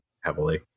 heavily